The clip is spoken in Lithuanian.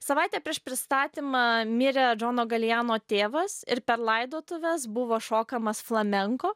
savaitę prieš pristatymą mirė džono galijano tėvas ir per laidotuves buvo šokamas flamenko